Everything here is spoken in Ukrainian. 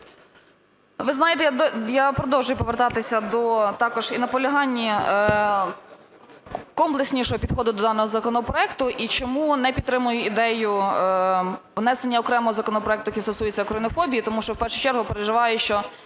Ви знаєте, я продовжую повертатися до також і наполягання комплекснішого підходу до даного законопроекту, і чому не підтримую ідею внесення окремого законопроекту, який стосується українофобії. Тому що в першу чергу переживаю, що